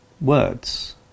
words